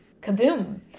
Kaboom